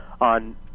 on